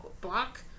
Block